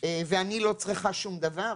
ואני לא צריכה שום דבר,